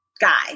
guy